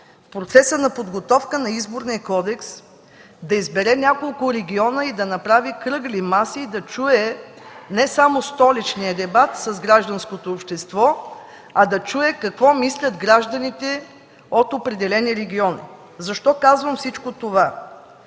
процеса на подготовка на Изборния кодекс да избере няколко региона и да направи кръгли маси, за да чуе не само столичния дебат с гражданското общество, а да чуе какво мислят гражданите от определени региони. Защо казвам всичко това?